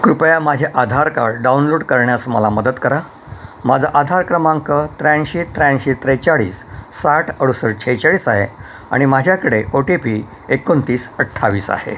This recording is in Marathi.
कृपया माझे आधार कार्ड डाउनलोड करण्यास मला मदत करा माझा आधार क्रमांक त्र्याऐंशी त्र्याऐंशी त्रेचाळीस साठ अडुसष्ट सेहेचाळीस आहे आणि माझ्याकडे ओ टी पी एकोणतीस अठ्ठावीस आहे